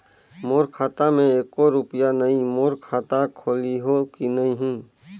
मोर खाता मे एको रुपिया नइ, मोर खाता खोलिहो की नहीं?